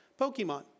Pokemon